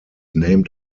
named